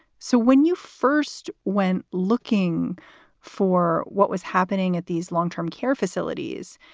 so when you first went looking for what was happening at these long term care facilities,